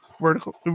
Vertical